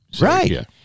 Right